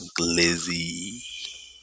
Glizzy